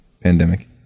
pandemic